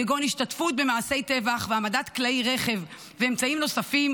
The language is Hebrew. כגון השתתפות במעשי טבח והעמדת כלי רכב ואמצעים נוספים